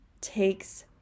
takes